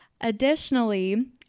Additionally